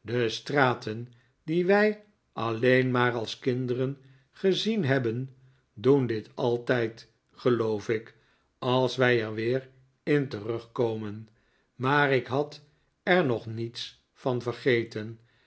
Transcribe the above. de straten die wij alleen maar als kinderen gezien hebben doen dif altijd geloof ik als wij er weer in terugkomen maar ik had er nog niets van vergeten